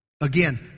Again